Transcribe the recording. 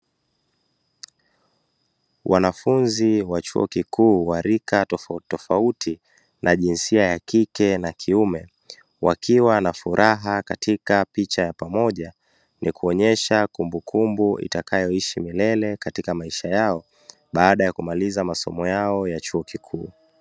Wanafunzi wa chuo kikuu wa rika tofautitofauti na jinsia ya kike na kiume, wakiwa na furaha katika picha ya pamoja, ili kuonyesha kumbukumbu itakayoishi milele katika maisha yao, baada ya kumaliza masomo yao ya chuo kikuu.